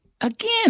again